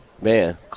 Man